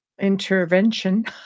intervention